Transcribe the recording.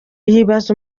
yibaza